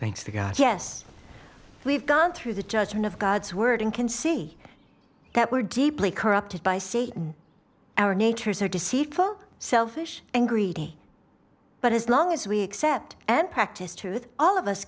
thanks to god yes we've gone through the judgment of god's word and can see that we're deeply corrupted by satan our natures are deceived for selfish and greedy but as long as we accept and practice truth all of us